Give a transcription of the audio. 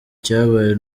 cyabaye